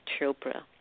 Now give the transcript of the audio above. Chopra